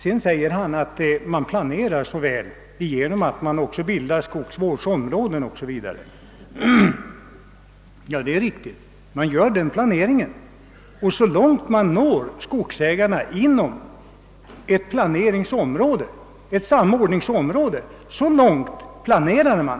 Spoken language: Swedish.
Sedan säger herr Persson att man planerar så väl genom att man bildar skogsvårdsområden o.s.v. Ja, det är riktigt — man gör den planeringen. Så långt man når skogsägarna inom ett samordningsområde, så långt planerar man.